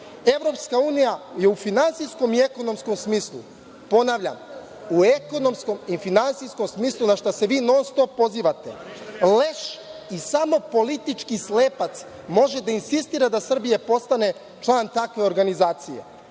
Evropska unija je u finansijskom i ekonomskom smislu, ponavljam, u ekonomskom i finansijskom smislu, na šta se vi non stop pozivate, leš i samo politički slepac može da insistira da Srbija postane član takve organizacije.